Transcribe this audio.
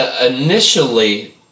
Initially